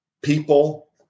People